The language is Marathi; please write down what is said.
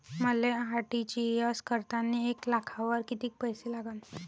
मले आर.टी.जी.एस करतांनी एक लाखावर कितीक पैसे लागन?